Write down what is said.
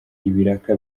ibiraka